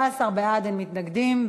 16 בעד, אין מתנגדים.